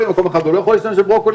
ובמקום אחר הוא לא יכול להשתמש בברוקולי,